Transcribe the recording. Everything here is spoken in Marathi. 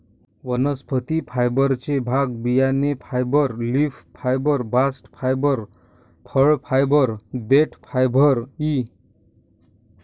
वनस्पती फायबरचे भाग बियाणे fibre, leaf fibre, bast fibre, फळ फायबर, देठ फायबर इ